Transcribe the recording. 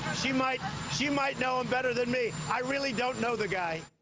she might she might know him better than me. i really don't know the guy.